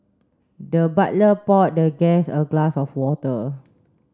the butler poured the guest a glass of water